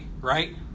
right